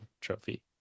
trophy